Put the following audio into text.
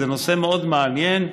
זה נושא מאוד מעניין.